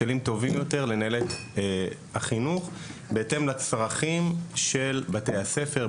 כדי לנהל את החינוך בהתאם לצרכים של בתי הספר,